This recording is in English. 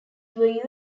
were